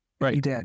Right